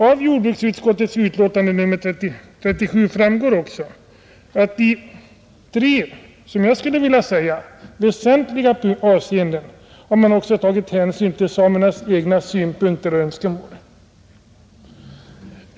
Av jordbruksutskottets utlåtande nr 37 framgår också att man i tre — som jag anser — väsentliga avseenden har tagit hänsyn till samernas egna synpunkter och önskemål.